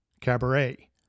Cabaret